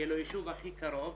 היישוב הכי קרוב,